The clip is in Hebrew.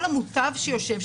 כל המותב שיושב,